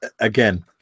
Again